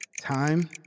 Time